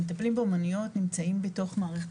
המטפלים באומנויות נמצאים בתוך מערכת